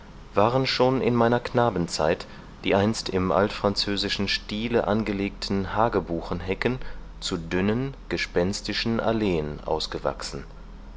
waren schon in meiner knabenzeit die einst im altfranzösischen stile angelegten hagebuchenhecken zu dünnen gespenstischen alleen ausgewachsen